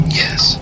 yes